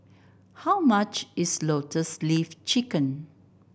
how much is Lotus Leaf Chicken